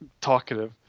talkative